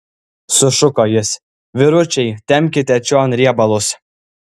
sušuko jis vyručiai tempkite čion riebalus